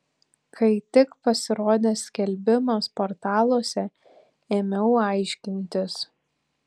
kai tik pasirodė skelbimas portaluose ėmiau aiškintis